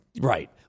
Right